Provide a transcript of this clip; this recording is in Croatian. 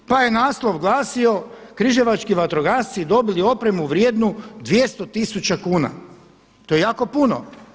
Pa je naslov glasio „Križevački vatrogasci dobili opremu vrijednu 200 tisuća kuna“, to je jako puno.